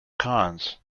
cons